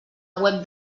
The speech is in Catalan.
web